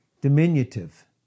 diminutive